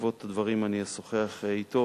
ובעקבות הדברים אני אשוחח אתו,